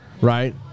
right